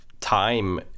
time